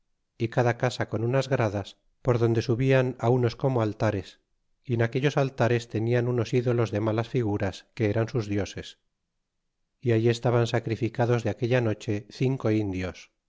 y cada casa con unas gradas por donde subian unos como altares y en aquellos altares tenían unos dolos de malas figuras que eran sus dioses y allí estaban sacrificados de aquella noche cinco indios